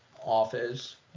office